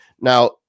Now